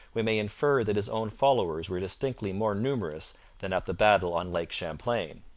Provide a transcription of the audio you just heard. we may infer that his own followers were distinctly more numerous than at the battle on lake champlain.